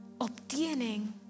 obtienen